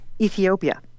Ethiopia